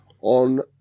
on